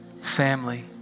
family